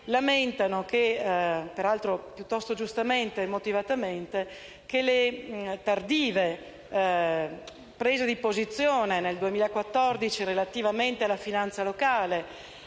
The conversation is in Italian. lamentano, piuttosto motivatamente, che le tardive prese di posizione nel 2014 relativamente alla finanza locale